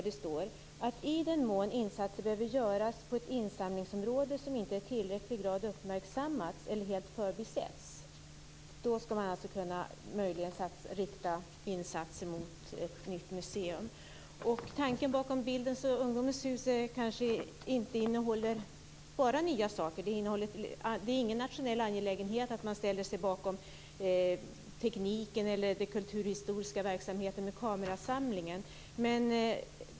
Det står att i den mån insatser behöver göras på ett insamlingsområde som inte i tillräcklig grad uppmärksammats eller helt förbisetts skall man möjligen kunna rikta insatser mot ett nytt museum. Tanken bakom Bildens och ungdomens hus kanske inte bara innehåller nya saker. Det är ingen nationell angelägenhet att man ställer sig bakom tekniken eller den kulturhistoriska verksamheten med kamerasamlingen.